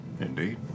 Indeed